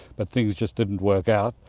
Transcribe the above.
but things just didn't work out,